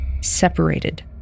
separated